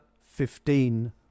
fifteen